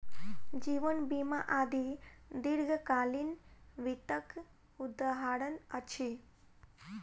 जीवन बीमा आदि दीर्घकालीन वित्तक उदहारण अछि